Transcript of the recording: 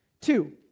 Two